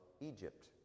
Egypt